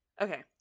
Okay